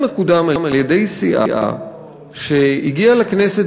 איך זה מקודם על-ידי סיעה שהגיעה לכנסת